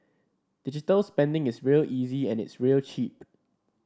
digital spending is real easy and it's real cheap